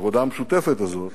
בעבודה המשותפת הזאת